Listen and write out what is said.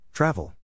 Travel